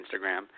Instagram